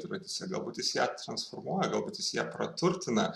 tradiciją galbūt jis ją transformuoja galbūt jis ją praturtina